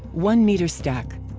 one meter stack